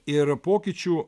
ir pokyčių